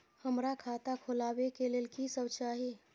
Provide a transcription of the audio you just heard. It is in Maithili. हमरा खाता खोलावे के लेल की सब चाही?